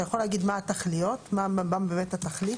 אתה יכול להגיד מה באמת התכלית?